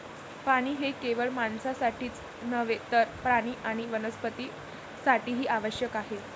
पाणी हे केवळ माणसांसाठीच नव्हे तर प्राणी आणि वनस्पतीं साठीही आवश्यक आहे